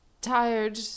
tired